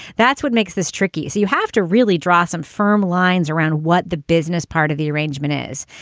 that's what makes this tricky. so you have to really draw some firm lines around what the business part of the arrangement is.